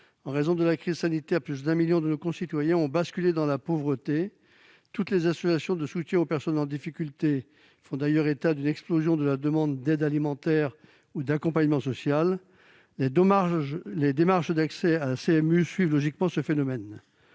En raison de la crise sanitaire, plus d'un million de nos concitoyens ont basculé dans la pauvreté. Absolument ! Toutes les associations de soutien aux personnes en difficulté font d'ailleurs état d'une explosion de la demande d'aide alimentaire ou d'accompagnement social, et les démarches d'accès à la couverture maladie